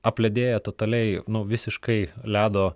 apledėję totaliai nu visiškai ledo